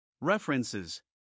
References